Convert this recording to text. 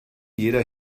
jeder